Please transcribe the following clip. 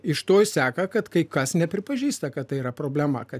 iš to seka kad kai kas nepripažįsta kad tai yra problema kad